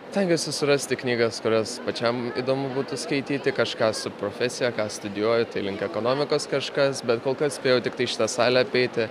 stengiuosi susirasti knygas kurias pačiam įdomu būtų skaityti kažką su profesija ką studijuoju tai link ekonomikos kažkas bet kol kas spėjau tiktai šitą salę apeiti